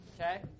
Okay